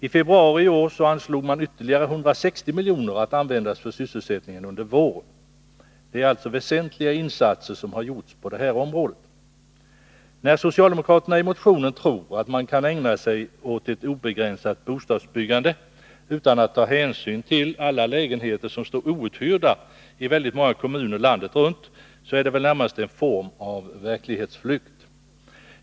I februari i år anslogs vidare 160 milj.kr. att användas för sysselsättningen under våren. — Det är alltså väsentliga insatser som har gjorts på det här området. När socialdemokraterna i motionen tror att man kan ägna sig åt ett obegränsat bostadsbyggande utan att ta hänsyn till alla lägenheter som står outhyrda i väldigt många kommuner landet runt, är det väl närmast en form av verklighetsflykt.